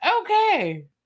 Okay